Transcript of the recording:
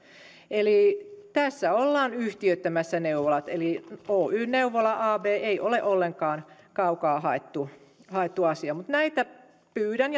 eli tässä ollaan yhtiöittämässä neuvolat eli oy neuvola ab ei ole ollenkaan kaukaa haettu haettu asia mutta pyydän